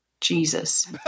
Jesus